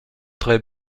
très